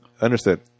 Understood